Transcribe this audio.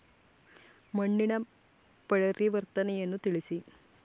ಮಣ್ಣಿನ ಪರಿವರ್ತನೆಯನ್ನು ತಿಳಿಸಿ?